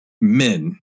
men